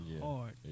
hard